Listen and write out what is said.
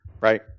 right